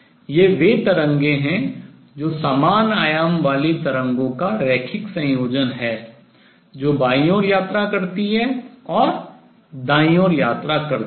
ये वे तरंगें हैं जो समान आयाम वाली तरंगों का रैखिक संयोजन हैं जो बाईं ओर travel यात्रा करती हैं और दाईं ओर travel यात्रा करती हैं